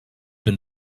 been